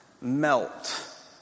melt